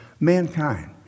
Mankind